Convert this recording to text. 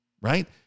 right